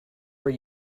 were